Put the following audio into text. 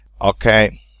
Okay